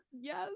yes